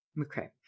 Okay